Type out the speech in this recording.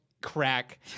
crack